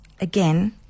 again